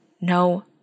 no